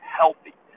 healthy